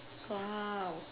!wow!